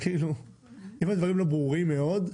אם הדברים לא ברורים מאוד,